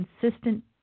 consistent